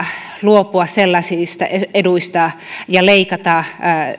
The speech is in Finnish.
luopua sellaisista eduista ja tehdä